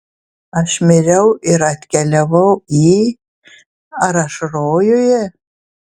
aš miriau ir atkeliavau į ar aš rojuje